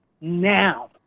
now